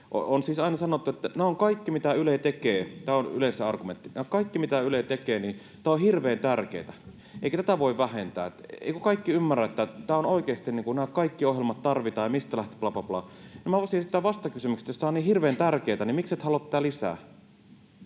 On siis aina sanottu, että kaikki, mitä Yle tekee — tämä on yleensä argumentti — kaikki, mitä Yle tekee, on hirveän tärkeätä eikä tätä voi vähentää, että eivätkö kaikki ymmärrä, että oikeasti nämä kaikki ohjelmat tarvitaan, ja mistä lähtisi blaa, blaa, blaa. Minä haluaisin esittää vastakysymyksen, että jos tämä on niin hirveän tärkeätä, niin miksi et halua tätä lisää.